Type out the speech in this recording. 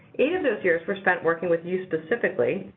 eight of those years were spent working with youth specifically,